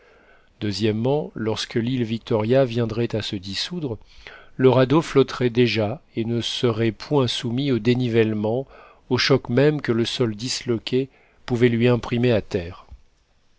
lorsque l'île victoria viendrait à se dissoudre le radeau flotterait déjà et ne serait point soumis aux dénivellements aux chocs même que le sol disloqué pouvait lui imprimer à terre